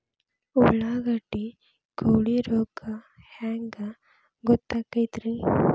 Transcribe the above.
ಉಳ್ಳಾಗಡ್ಡಿ ಕೋಳಿ ರೋಗ ಹ್ಯಾಂಗ್ ಗೊತ್ತಕ್ಕೆತ್ರೇ?